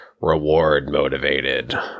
reward-motivated